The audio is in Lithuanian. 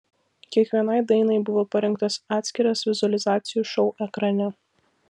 kiekvienai dainai buvo parengtas atskiras vizualizacijų šou ekrane